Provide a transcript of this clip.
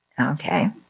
Okay